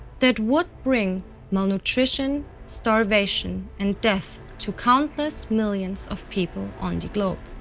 that would bring malnutrition, starvation and death to countless millions of people on the globe.